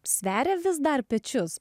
sveria vis dar pečius